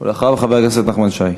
ואחריו, חבר הכנסת נחמן שי.